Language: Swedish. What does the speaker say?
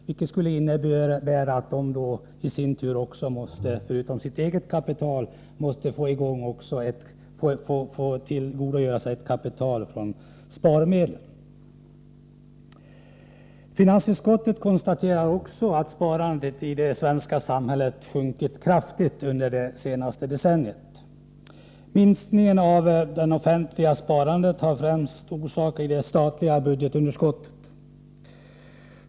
Det skulle innebära att industrin förutom sitt eget kapital måste få tillgodogöra sig ett kapital från sparmedel. Finansutskottet konstaterar att sparandet i det svenska samhället sjunkit kraftigt under det senaste decenniet. Minskningen av det offentliga sparandet har främst sin orsak i det statliga budgetunderskottet.